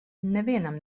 nevienam